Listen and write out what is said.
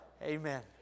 Amen